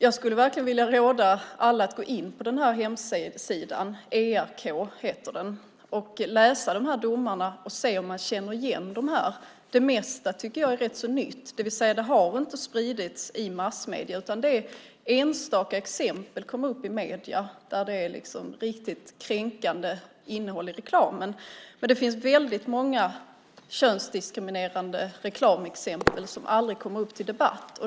Jag skulle verkligen vilja råda alla att gå in på hemsidan för ERK och läsa domarna och se om man känner igen det. Det mesta är rätt så nytt. Det har inte spridits i massmedierna. Det finns enstaka exempel som kommer upp i medierna där det är riktigt kränkande innehåll i reklamen. Men det finns väldigt många exempel på könsdiskriminerande reklam som aldrig kommer upp till debatt.